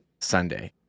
Sunday